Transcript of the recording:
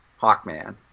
Hawkman